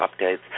updates